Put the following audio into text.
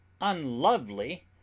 unlovely